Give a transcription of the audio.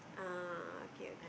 ah okay okay